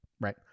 right